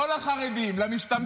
לא לחרדים, למשתמטים.